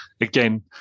again